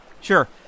sure